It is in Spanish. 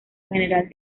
general